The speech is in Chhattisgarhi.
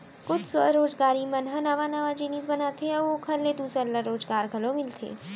कुछ स्वरोजगारी मन ह नवा नवा जिनिस बनाथे अउ ओखर ले दूसर ल रोजगार घलो मिलथे